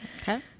Okay